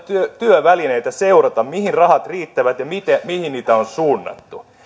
työvälineitä seurata mihin rahat riittävät ja mihin niitä on suunnattu